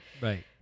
Right